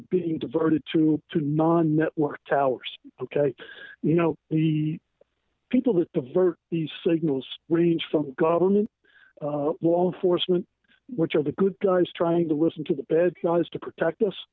being diverted to to non network towers ok you know the people that divert the signals range from government law enforcement which are the good guys trying to listen to the bedside is to protect us